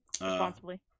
Responsibly